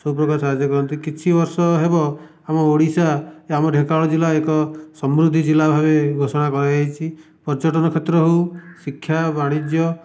ସବୁପ୍ରକାର ସାହାଯ୍ୟ କରନ୍ତି କିଛି ବର୍ଷ ହେବ ଆମ ଓଡ଼ିଶା କି ଢେଙ୍କାନାଳ ଜିଲ୍ଲା ଏକ ସମୃଦ୍ଧି ଜିଲ୍ଲା ଭାବେ ଘୋଷଣା କରାଯାଇଛି ପର୍ଯ୍ୟଟନ କ୍ଷେତ୍ର ହେଉ ଶିକ୍ଷା ବାଣିଜ୍ୟ